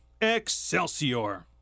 Excelsior